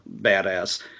badass